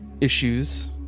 issues